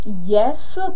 yes